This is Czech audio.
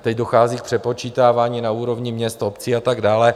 Teď dochází k přepočítávání na úrovni měst, obcí a tak dále.